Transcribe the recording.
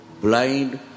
blind